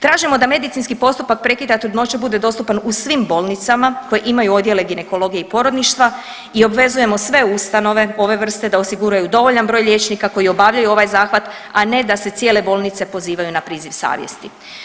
Tražimo da medicinski postupak prekida trudnoće bude dostupan u svim bolnicama koje imaju odjele ginekologije i porodništva i obvezujemo sve ustanove ove vrste da osiguraju dovoljan broj liječnika koji obavljaju ovaj zahvat, a ne da se cijele bolnice pozivaju na priziv savjesti.